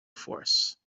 force